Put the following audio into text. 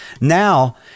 Now